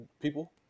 people